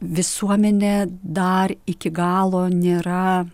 visuomenė dar iki galo nėra